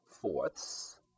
fourths